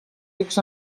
rics